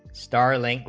starling,